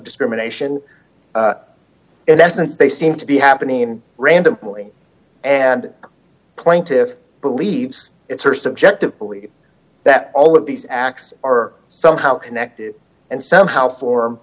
discrimination in essence they seem to be happening in random and plaintive believes its st objective believe that all of these acts are somehow connected and somehow for